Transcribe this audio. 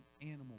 animal